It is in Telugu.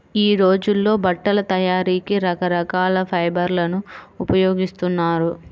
యీ రోజుల్లో బట్టల తయారీకి రకరకాల ఫైబర్లను ఉపయోగిస్తున్నారు